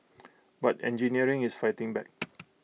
but engineering is fighting back